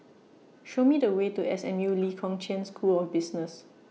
Show Me The Way to S M U Lee Kong Chian School of Business